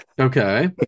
Okay